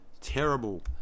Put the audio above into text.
terrible